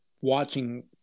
watching